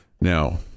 Now